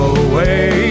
away